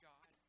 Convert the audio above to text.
God